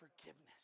forgiveness